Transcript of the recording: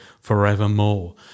forevermore